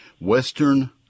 Western